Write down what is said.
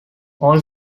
all